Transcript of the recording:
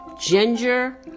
ginger